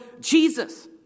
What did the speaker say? Jesus